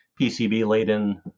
PCB-laden